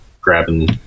grabbing